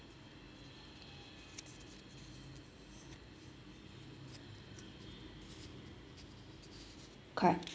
correct